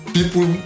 People